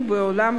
בבקשה.